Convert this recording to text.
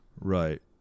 Right